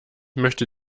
möchte